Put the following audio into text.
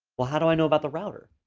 well, how do i know about the router?